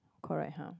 correct !huh!